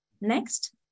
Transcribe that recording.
Next